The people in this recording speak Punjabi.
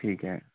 ਠੀਕ ਹੈ